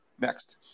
next